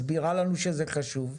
מסבירה לנו שזה חשוב,